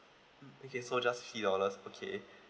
okay so just fifty dollars okay